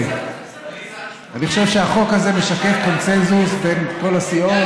אני חושב שהחוק הזה משקף קונסנזוס בין כל הסיעות.